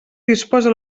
disposa